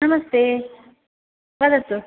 नमस्ते वदतु